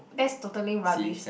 that's totally rubbish